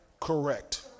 correct